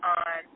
on